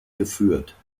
geführt